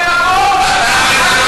אתה דמגוג.